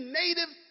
native